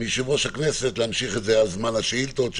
מיושב-ראש הכנסת להמשיך את הישיבה עד זמן השאילתות,